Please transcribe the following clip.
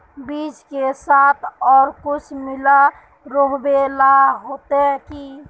बीज के साथ आर कुछ मिला रोहबे ला होते की?